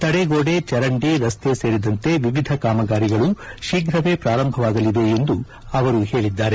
ತಡೆಗೋಡೆ ಚರಂಡಿ ರಸ್ತೆ ಸೇರಿದಂತೆ ವಿವಿಧ ಕಾಮಗಾರಿಗಳು ಶೀಘ್ರವೇ ಪ್ರಾರಂಭವಾಗಲಿವೆ ಎಂದೂ ಅವರು ಹೇಳಿದ್ದಾರೆ